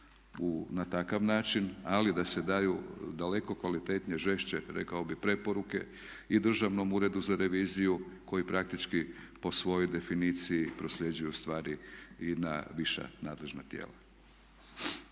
na takav način ali da se daju daleko kvalitetnije, žešće rekao bih preporuke i Državnom uredu za reviziju koji praktički po svojoj definiciji prosljeđuju stvari i na viša nadležna tijela.